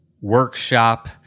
workshop